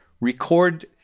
record